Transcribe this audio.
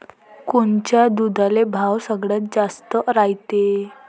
कोनच्या दुधाले भाव सगळ्यात जास्त रायते?